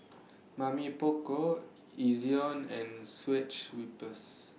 Mamy Poko Ezion and switch